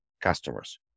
customers